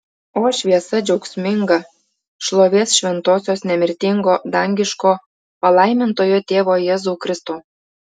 o šviesa džiaugsminga šlovės šventosios nemirtingo dangiško palaimintojo tėvo jėzau kristau